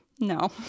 No